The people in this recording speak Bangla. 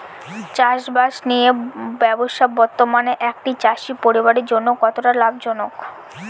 চাষবাষ নিয়ে ব্যবসা বর্তমানে একটি চাষী পরিবারের জন্য কতটা লাভজনক?